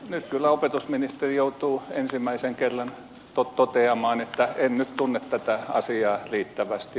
nyt kyllä opetusministeri joutuu ensimmäisen kerran toteamaan että en nyt tunne tätä asiaa riittävästi